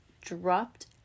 dropped